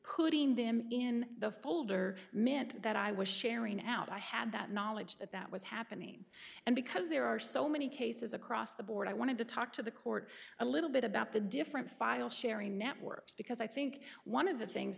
could ing them in the folder meant that i was sharing out i had that knowledge that that was happening and because there are so many cases across the board i wanted to talk to the court a little bit about the different file sharing networks because i think one of the things